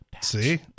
See